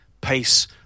pace